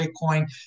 Bitcoin